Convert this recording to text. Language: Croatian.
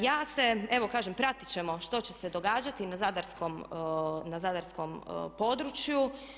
Ja se evo kažem pratit ćemo što će se događati na zadarskom području.